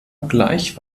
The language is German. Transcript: gleich